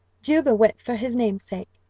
juba went for his namesake.